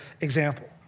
example